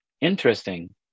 interesting